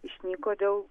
išnyko dėl